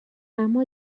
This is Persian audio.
اما